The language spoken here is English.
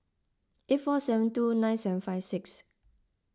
eight four seven two nine seven five six